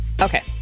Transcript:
Okay